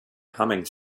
humming